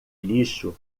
lixo